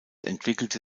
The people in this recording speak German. entwickelte